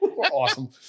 Awesome